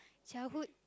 childhood